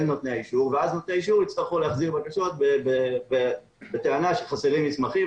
נותני האישור ואז נותני האישור יצטרכו להחזיר בקשות בטענה שחסרים מסמכים.